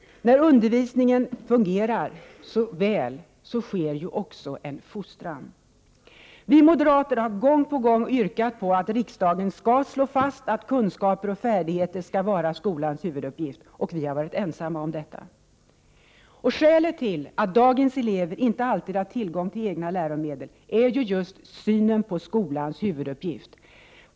När undervisningen fungerar väl sker också en fostran. Vi moderater har gång på gång yrkat på att riksdagen skall slå fast att kunskaper och färdigheter skall vara skolans huvuduppgift. Vi har varit ensamma om detta. Skälet till att dagens elever inte alltid har tillgång till egna läromedel är synen på skolans huvuduppgift.